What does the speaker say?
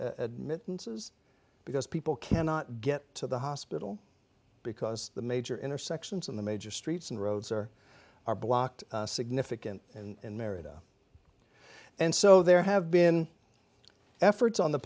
admittance is because people cannot get to the hospital because the major intersections in the major streets and roads are blocked significant and marietta and so there have been efforts on the